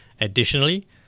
Additionally